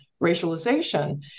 racialization